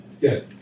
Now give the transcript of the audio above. Yes